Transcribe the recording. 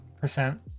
percent